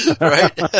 Right